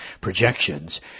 projections